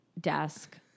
desk